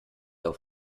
auf